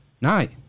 night